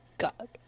god